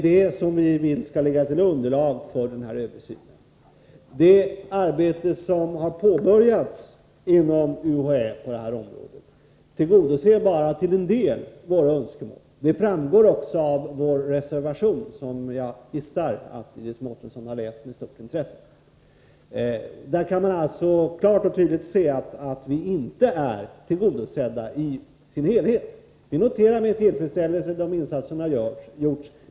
Vi vill att det skall utgöra ett underlag för nämnda översyn. När det gäller det arbete på detta område som påbörjats inom UHÄ vill jag framhålla att våra önskemål bara tillgodoses i viss utsträckning. Det framgår av vår reservation, vilken jag gissar att Iris Mårtensson har läst med stort intresse. Av reservationen framgår klart och tydligt att våra önskemål, som sagt, inte är helt tillgodosedda. Vi noterar med tillfredsställelse de insatser som gjorts.